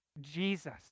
Jesus